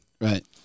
right